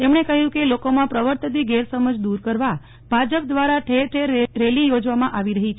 તેમણે કહ્યું કે લોકોમાંપ્રવવર્તી ગેરસમજ દુર કરવા ભાજપ દ્વારા ઠેર ઠેર રેલી થોજવામાં આવી રરહી છે